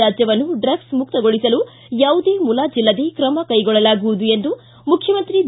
ರಾಜ್ಙವನ್ನು ಡ್ರಗ್ಲ್ ಮುಕ್ತಗೊಳಸಲು ಯಾವುದೇ ಮುಲಾಜಿಲ್ಲದೆ ಕ್ರಮ ಕೈಗೊಳ್ಳಲಾಗುವುದು ಎಂದು ಮುಖ್ಯಮಂತ್ರಿ ಬಿ